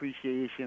appreciation